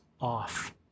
off